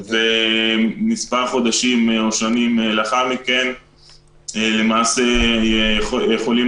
וכמה חודשים או שנים לאחר מכן יכולה למעשה לבוא